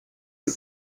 due